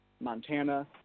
Montana